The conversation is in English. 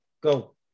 go